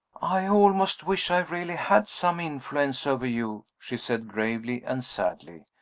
i almost wish i really had some influence over you, she said, gravely and sadly.